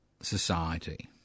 society